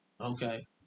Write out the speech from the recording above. Okay